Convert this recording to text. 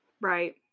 Right